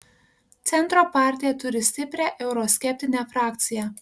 centro partija turi stiprią euroskeptinę frakciją